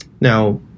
Now